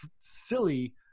silly